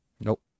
Nope